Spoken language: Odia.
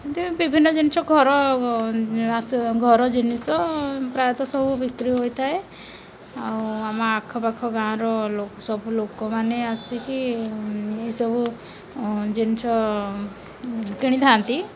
ଏମିତି ବିଭିନ୍ନ ଜିନିଷ ଘର ଘର ଜିନିଷ ପ୍ରାୟତଃ ସବୁ ବିକ୍ରି ହୋଇଥାଏ ଆଉ ଆମ ଆଖପାଖ ଗାଁର ସବୁ ଲୋକମାନେ ଆସିକି ଏସବୁ ଜିନିଷ କିଣିଥାନ୍ତି